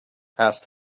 asked